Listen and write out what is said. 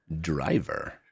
Driver